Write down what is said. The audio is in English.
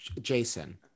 Jason